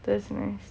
that's nice